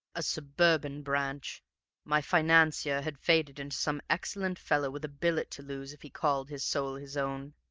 a suburban branch my financier had faded into some excellent fellow with a billet to lose if he called his soul his own.